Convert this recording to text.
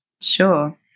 Sure